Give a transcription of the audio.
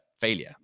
failure